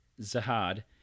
Zahad